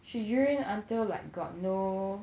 she urine until like got no